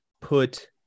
put